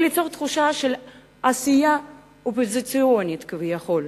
וליצור תחושה של עשייה אופוזיציונית כביכול.